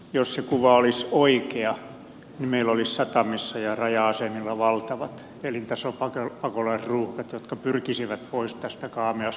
jos se kuva olisi oikea niin meillä olisi satamissa ja raja asemilla valtavat elintasopakolaisruuhkat jotka pyrkisivät pois tästä kaameasta maasta